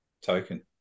token